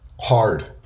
hard